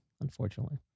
unfortunately